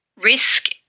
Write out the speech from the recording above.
risk